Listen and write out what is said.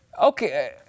Okay